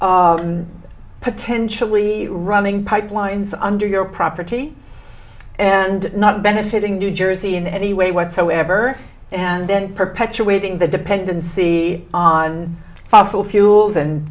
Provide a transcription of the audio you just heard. s potentially running pipelines under your property and not benefiting new jersey in any way whatsoever and then perpetuating the dependency on fossil fuels and